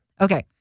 Okay